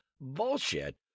bullshit